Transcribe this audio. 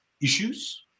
issues